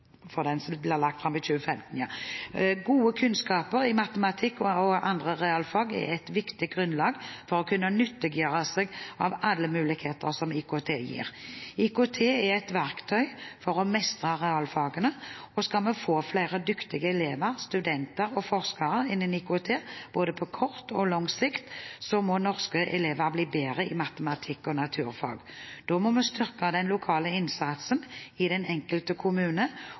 andre realfag er et viktig grunnlag for å kunne nyttiggjøre seg alle mulighetene som IKT gir. IKT er et verktøy for å mestre realfagene. Skal vi få flere dyktige elever, studenter og forskere innen IKT både på kort og på lang sikt, må norske elever bli bedre i matematikk og naturfag. Da må vi styrke den lokale innsatsen – i den enkelte kommune